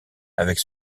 avec